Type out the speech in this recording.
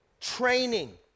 training